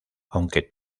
aunque